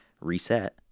reset